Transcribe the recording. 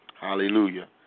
Hallelujah